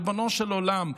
ריבונו של עולם,